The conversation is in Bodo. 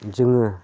जोङो